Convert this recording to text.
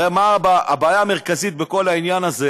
הרי הבעיה המרכזית בכל העניין הזה,